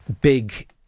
big